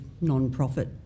non-profit